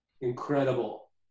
Incredible